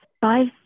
five